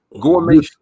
gourmet